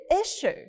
issue